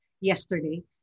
yesterday